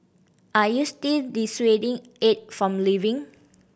are you still dissuading Aide from leaving